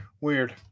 Weird